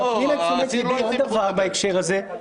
מפנים את תשומת לבי לעוד דבר בהקשר הזה,